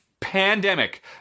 Pandemic